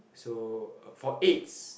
so for Aids